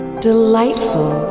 delightful.